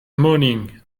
moaning